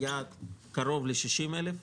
ליעד קרוב ל-60,000,